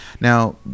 Now